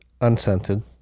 unscented